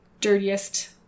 dirtiest